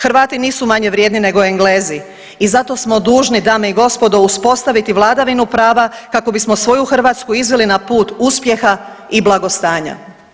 Hrvati nisu manje vrijedni nego Englezi i zato smo dužni dame i gospodo uspostaviti vladavinu prava kako bismo svoju Hrvatsku izveli na put uspjeha i blagostanja.